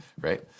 right